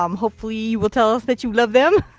um hopefully you will tell us that you love them.